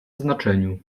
znaczeniu